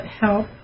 help